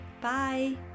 Bye